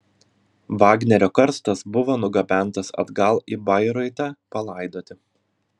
vagnerio karstas buvo nugabentas atgal į bairoitą palaidoti